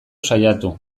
saiatu